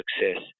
success